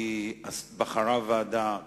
היא בחרה ועדה טובה,